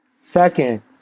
Second